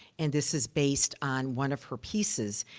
and this is based on one of her pieces,